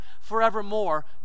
forevermore